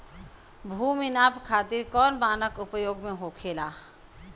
भूमि नाप खातिर कौन मानक उपयोग होखेला?